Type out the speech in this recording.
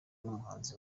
n’umuhanzi